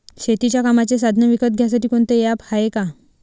शेतीच्या कामाचे साधनं विकत घ्यासाठी कोनतं ॲप हाये का?